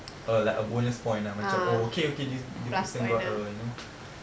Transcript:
uh like a bonus point ah oh okay okay this this person got a you know